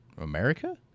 America